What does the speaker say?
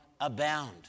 abound